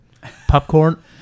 Popcorn